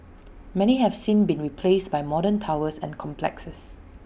many have since been replaced by modern towers and complexes